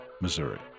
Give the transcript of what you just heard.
Missouri